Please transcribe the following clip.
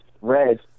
red